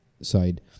side